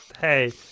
hey